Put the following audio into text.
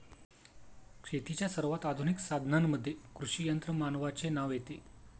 शेतीच्या सर्वात आधुनिक साधनांमध्ये कृषी यंत्रमानवाचे नाव येते